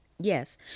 Yes